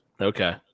Okay